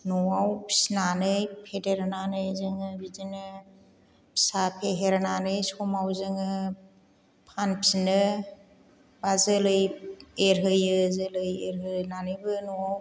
न'आव फिसिनानै फेदेरनानै जोङो बिदिनो फिसा फेहेरनानै समाव जोङो फानफिननो एबा जोलै एरहोयो जोलै एरहोनानैबो न'आव